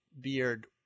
Beard